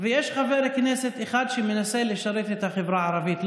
ויש חבר כנסת אחד שמנסה לשרת את החברה הערבית,